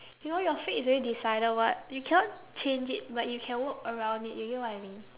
you know your fate is already decided [what] you cannot change it but you can work around it you get what I mean